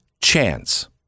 chance